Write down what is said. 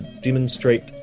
demonstrate